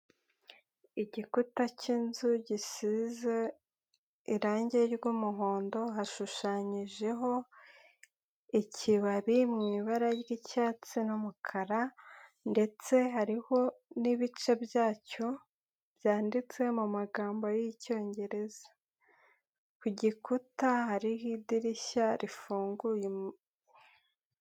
Igikuta k'inzu gisize irangi ry'umuhondo, hashushanyijeho ikibabi mu ibara ry'icyatsi n'umukara ndetse hariho n'ibice byacyo byanditse mu magambo y'Icyongereza. Ku gikuta hariho idirishya rifunguye.